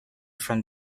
from